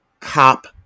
cop